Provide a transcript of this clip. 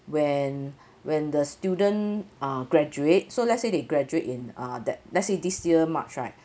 when when the student uh graduate so let's say they graduate in uh that let's say this year march right